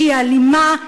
שהיא אלימה,